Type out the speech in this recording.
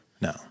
No